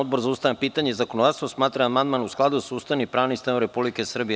Odbor za ustavna pitanja i zakonodavstvo smatra da je amandman u skladu sa Ustavom i pravnim sistemom Republike Srbije.